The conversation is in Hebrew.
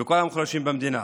וכל המוחלשים במדינה.